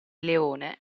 leone